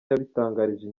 yabitangarije